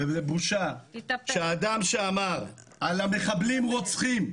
זו בושה שאדם שאמר על המחבלים-רוצחים,